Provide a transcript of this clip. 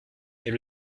est